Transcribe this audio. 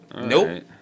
nope